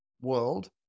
world